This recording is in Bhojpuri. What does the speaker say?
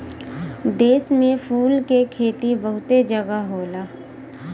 देश में फूल के खेती बहुते जगह होला